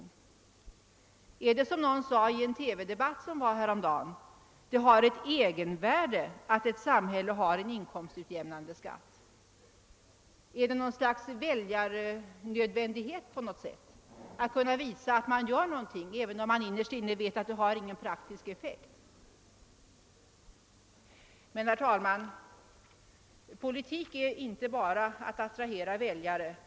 Är det riktigt som någon sade i en TV-debatt häromdagen att det har ett egenvärde att samhället har ett inkomstutjämnande skattesystem? Är det något slags väljarnödvändighet att kunna visa att man gör något, även om man innerst inne vet att det inte har någon praktisk effekt? Herr talman! Politik är inte bara att attrahera väljare.